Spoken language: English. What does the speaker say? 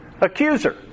accuser